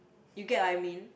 you get what I mean